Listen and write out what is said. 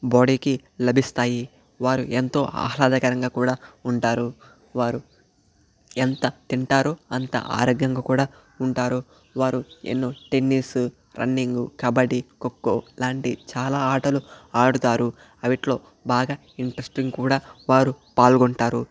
బడికి లభిస్తాయి వారు ఎంతో ఆహ్లాదకరంగా కూడా ఉంటారు వారు ఎంత తింటారో అంత ఆరోగ్యంగా కూడా ఉంటారు వారు ఎన్నో టెన్నిస్ రన్నింగ్ కబడీ ఖోఖో లాంటి చాలా ఆటలు ఆడుతారు అవిట్లో బాగా ఇంట్రెస్టింగ్ కూడా వారు పాల్గొంటారు